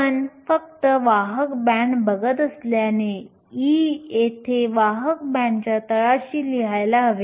आपण फक्त वाहक बँड बघत असल्याने E येथे वाहक बँडच्या तळाशी लिहायला हवे